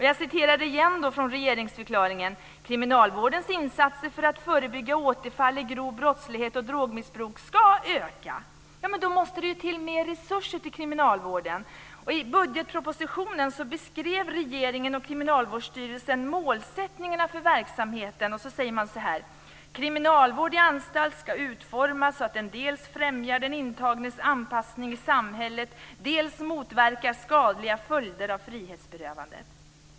Jag citerar igen från regeringsförklaringen: "Kriminalvårdens insatser för att förebygga återfall i grov brottslighet och drogmissbruk ska öka." Men då måste det ju tillföras mer resurser till kriminalvården. I budgetpropositionen beskrev regeringen sin och Kriminalvårdsstyrelsens målsättningar för verksamheten. Man skriver: "Kriminalvård i anstalt ska utformas så att den dels främjar den intagnes anpassning i samhället, dels motverkar skadliga följder av frihetsberövandet.